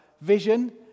vision